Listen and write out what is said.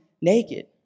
naked